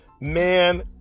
man